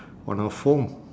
on a foam